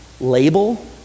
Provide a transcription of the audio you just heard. label